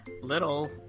little